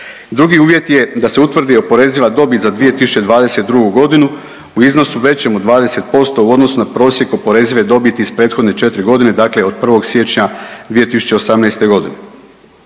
Drugi uvjet je da se utvrdi oporeziva dobit za 2022. godinu u iznosu većem od 20% u odnosu na prosjek oporezive dobiti iz prethodne 4 godine dakle, od 1. siječnja 2018. godine.